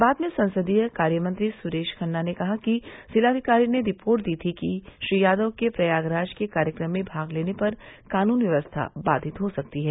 बाद में संसदीय कार्यमंत्री सुरेश खन्ना ने कहा कि जिलाधिकारी ने रिपोर्ट दी थी कि श्री यादव के प्रयागराज के कार्यक्रम में भाग लेने पर कानून व्यवस्था बाधित हो सकती है